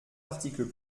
articles